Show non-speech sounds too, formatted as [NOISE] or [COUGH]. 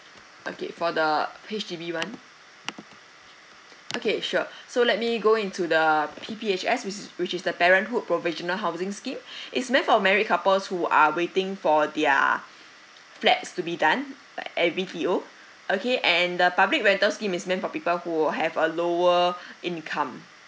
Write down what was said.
okay for the H_D_B one okay sure [BREATH] so let me go into the P_P_H_S which is which is the parenthood provisional housing scheme [BREATH] it's meant for married couples who are waiting for their flats to be done like a B_T_O okay and the public rental scheme is meant for people who have a lower [BREATH] income